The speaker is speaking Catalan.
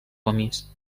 gomis